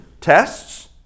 Tests